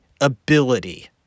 ability